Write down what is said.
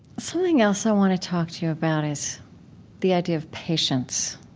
something else i want to talk to you about is the idea of patience.